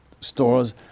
stores